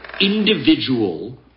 individual